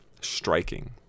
striking